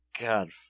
God